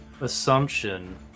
assumption